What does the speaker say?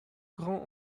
grands